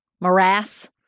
morass